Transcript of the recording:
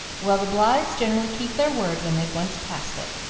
well, the blythes generally keep their word when they've once passed it,